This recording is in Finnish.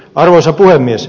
arvoisa puhemies